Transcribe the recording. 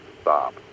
stop